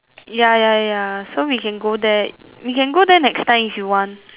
ya ya ya so we can go there we can go there next time if you want